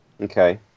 Okay